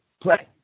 Play